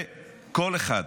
וכל אחד,